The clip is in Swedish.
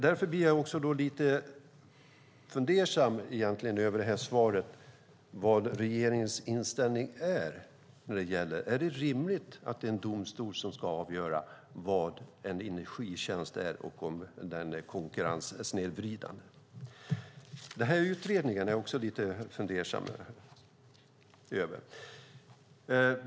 Därför blir jag lite fundersam över svaret och vad regeringens inställning är. Är det rimligt att en domstol ska avgöra vad en energitjänst är och om den är konkurrenssnedvridande? Utredningen är jag också lite fundersam över.